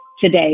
today